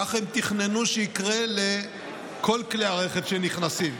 כך הם תכננו שיקרה לכל כלי הרכב שנכנסים.